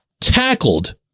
tackled